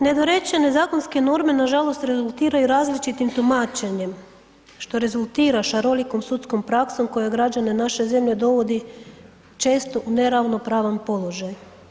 Nedorečene zakonske norme nažalost rezultiraju različitim tumačenjem, što rezultira šarolikom sudskom praksom koje građane naše zemlje dovodi često u neravnopravan položaj.